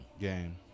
game